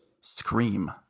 Scream